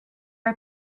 are